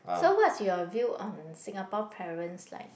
so what's your view on Singapore parents like